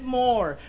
more